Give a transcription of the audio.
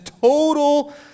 total